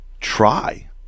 try